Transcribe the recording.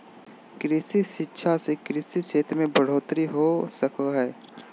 कृषि शिक्षा से कृषि क्षेत्र मे बढ़ोतरी हो सको हय